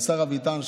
השר אביטן,